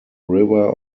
river